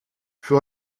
für